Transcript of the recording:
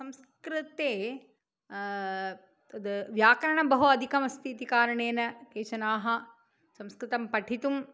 संस्कृते तद् व्याकरणं बहु अधिकमस्ति इति कारणेन केचनाः संस्कृतं पठितुम्